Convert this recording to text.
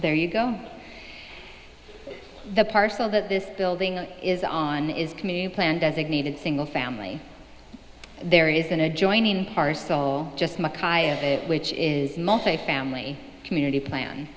there you go the parcel that this building is on is community plan designated single family there is an adjoining parcel just makai of it which is my family community plan